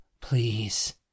Please